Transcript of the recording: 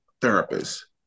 therapist